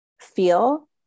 feel